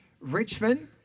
Richmond